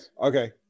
okay